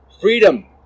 Freedom